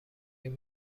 این